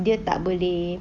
dia tak boleh